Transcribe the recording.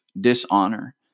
dishonor